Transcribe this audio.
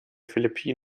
philippinen